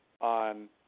on